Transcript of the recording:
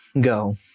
go